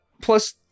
Plus